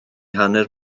hanner